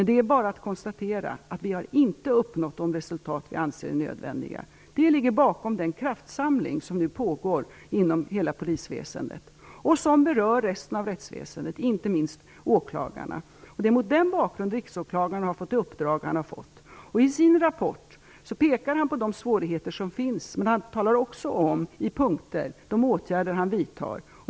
Det är bara att konstatera att vi inte har uppnått de resultat vi anser är nödvändiga. Det ligger bakom den kraftsamling som nu pågår inom hela polisväsendet och som berör resten av rättsväsendet, inte minst åklagarna. Det är mot den bakgrunden riksåklagaren har fått det uppdrag han har fått. I sin rapport pekar han på de svårigheter som finns, men han räknar också upp de åtgärder han vidtar.